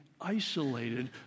isolated